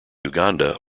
uganda